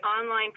online